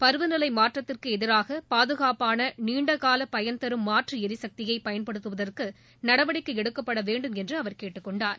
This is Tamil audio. பருவநிலை மாற்றத்திற்கு எதிராக பாதுகாப்பான நீண்ட கால பயன்தரும் மாற்று எரிசக்தியை பயன்படுத்துவதற்கு நடவடிக்கை எடுக்கப்பட வேண்டும் என்று அவர் கேட்டுக் கொண்டார்